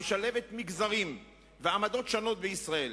המשלבת מגזרים ועמדות שונות בישראל,